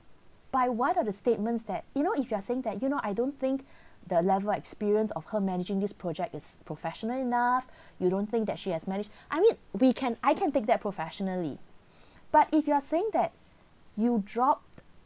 by what are the statements that you know if you are saying that you know I don't think the level experience of her managing this project is professional enough you don't think that she has managed I mean we can I can take that professionally but if you are saying that you drop